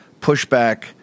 pushback